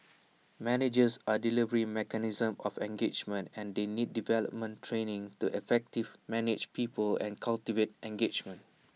managers are the delivery mechanism of engagement and they need development training to effective manage people and cultivate engagement